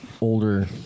older